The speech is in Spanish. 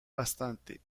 bastante